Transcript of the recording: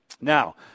Now